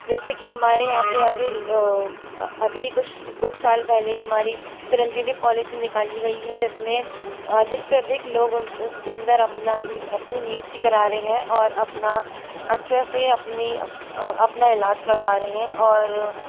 जैसे कि हमारे यहाँ पे अभी अभी कुछ कुछ साल पहले ही हमारी चिरंजीवी पॉलिसी निकाली गई है जिसमें अधिक से अधिक लोग उनके उसके अंदर अपना अपनी नियुक्ति करा रहे हैं और अपना अच्छे से अपनी अपना इलाज करवा रहे हैं और